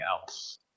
else